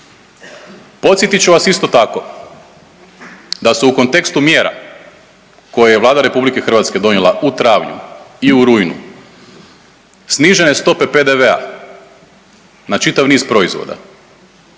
Podsjetit ću vas isto tako da se u kontekstu mjera koje je Vlada RH donijela u travnju i u rujnu snižene stope PDV-a na čitav niz proizvoda